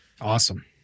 Awesome